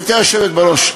גברתי היושבת בראש,